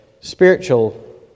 spiritual